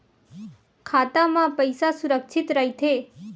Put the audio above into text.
खाता मा पईसा सुरक्षित राइथे?